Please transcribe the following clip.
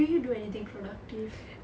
do you do anything productive